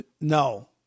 No